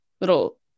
little